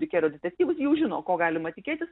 dikerio detektyvus jau žino ko galima tikėtis